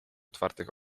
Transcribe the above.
otwartych